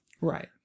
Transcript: right